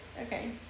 Okay